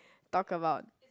talk about